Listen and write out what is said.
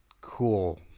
cool